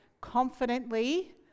confidently